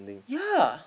yeah